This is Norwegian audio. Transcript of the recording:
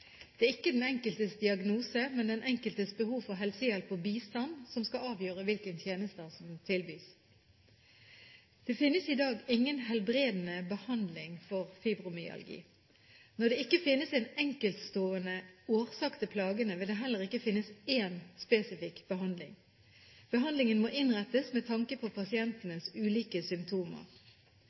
Det er ikke den enkeltes diagnose, men den enkeltes behov for helsehjelp og bistand som skal avgjøre hvilke tjenester som tilbys. Det finnes i dag ingen helbredende behandling for fibromyalgi. Når det ikke finnes en enkeltstående årsak til plagene, vil det heller ikke finnes én spesifikk behandling. Behandlingen må innrettes med tanke på pasientenes ulike symptomer.